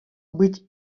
быть